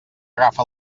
agafa